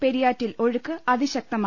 പെരിയാറ്റിൽ ഒഴുക്ക് അതി ശക്തമായി